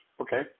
okay